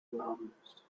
loudness